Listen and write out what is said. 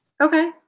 Okay